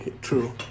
True